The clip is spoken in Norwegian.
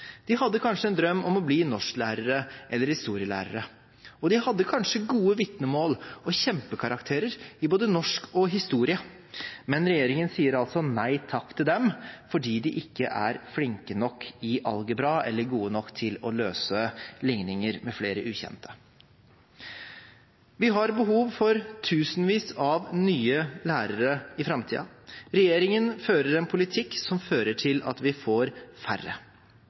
de hadde kanskje en drøm om å bli norsklærer eller historielærer. De hadde kanskje gode vitnemål og kjempekarakterer i både norsk og historie, men regjeringen sier altså nei takk til dem fordi de ikke er flinke nok i algebra eller gode nok til å løse ligninger med flere ukjente. Vi har behov for tusenvis av nye lærere i framtiden. Regjeringen fører en politikk som fører til at vi får færre.